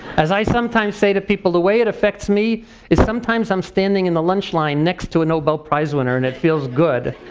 as i sometimes say to people, the way it effects me is sometimes i'm standing in the lunch line next to a nobel prize winner and it feels good.